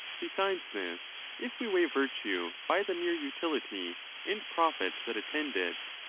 besides this, if we weigh virtue by the mere utility and profit that attend it,